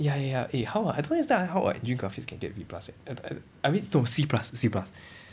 ya ya ya eh how ah I don't understand how ah you graphics can get B plus eh err err I mean no C plus C plus